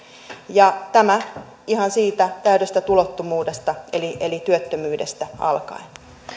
ja tämä ihan siitä täydestä tulottomuudesta eli eli työttömyydestä alkaen